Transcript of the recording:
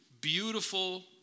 beautiful